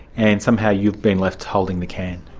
and somehow you've been left holding the can.